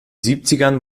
siebzigern